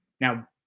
Now